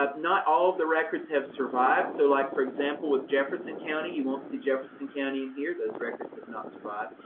not all of the records have survived, so like for example, with jefferson county, you won't see jefferson county in here. those records have not survived,